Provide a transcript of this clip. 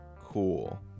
cool